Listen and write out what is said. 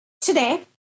Today